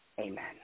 amen